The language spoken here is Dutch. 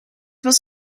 was